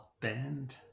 band